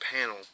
panel